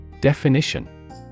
Definition